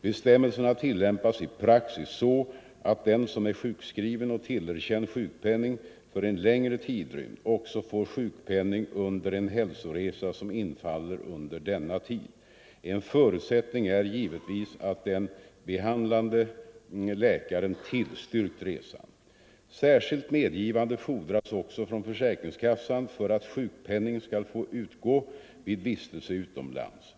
Bestämmelserna tillämpas i praxis så att den som är sjukskriven och tillerkänd sjukpenning för en längre tidrymd också får sjukpenning under en hälsoresa som infaller under denna tid. En förutsättning är givetvis att den behandlande läkaren tillstyrkt resan. Särskilt medgivande fordras också från försäkringskassan för att sjukpenning skall få utgå vid vistelse utomlands.